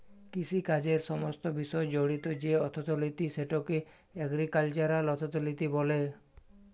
কিষিকাজের সমস্ত বিষয় জড়িত যে অথ্থলিতি সেটকে এগ্রিকাল্চারাল অথ্থলিতি ব্যলে